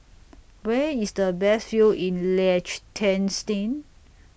Where IS The Best View in Liechtenstein